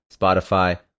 Spotify